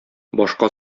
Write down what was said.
башка